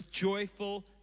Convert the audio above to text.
joyful